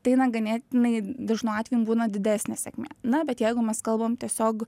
tai na ganėtinai dažnu atveju būna didesnė sėkmę na bet jeigu mes kalbam tiesiog